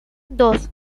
dos